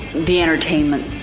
the entertainment,